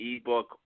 ebook